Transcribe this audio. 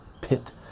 pit